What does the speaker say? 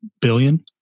billion